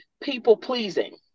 people-pleasing